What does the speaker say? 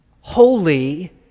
holy